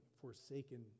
forsaken